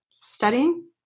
studying